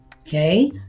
okay